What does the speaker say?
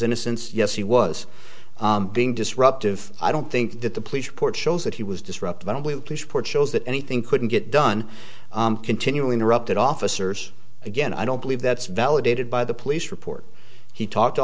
innocence yes he was being disruptive i don't think that the police report shows that he was disruptive and only pushed for shows that anything couldn't get done continually interrupted officers again i don't believe that's validated by the police report he talked